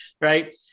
right